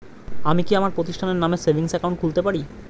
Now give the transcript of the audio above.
আমি কি আমার প্রতিষ্ঠানের নামে সেভিংস একাউন্ট খুলতে পারি?